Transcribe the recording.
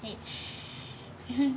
each